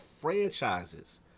franchises